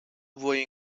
voi